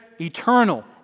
eternal